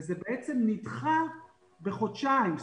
זה בעצם נדחה בחודשיים.